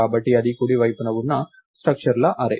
కాబట్టి ఇది కుడి వైపున ఉన్న స్ట్రక్చర్ల అర్రే